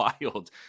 wild